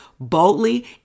Boldly